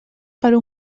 per